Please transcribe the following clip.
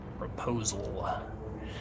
proposal